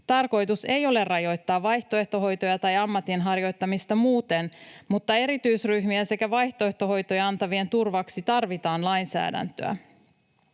tarkoitus ei ole rajoittaa vaihtoehtohoitoja tai ammatin harjoittamista muuten, mutta erityisryhmien sekä vaihtoehtohoitoja antavien turvaksi tarvitaan lainsäädäntöä.